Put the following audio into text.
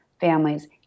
families